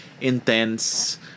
intense